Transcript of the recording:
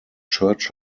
church